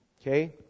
Okay